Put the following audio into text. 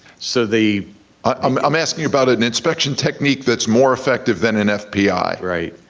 so the i'm asking about an inspection technique that's more effective than an fpi. right,